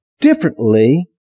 differently